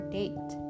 date